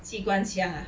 机关枪 ah